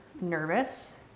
nervous